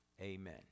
Amen